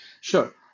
sure